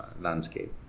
landscape